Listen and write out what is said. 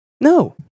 no